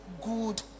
good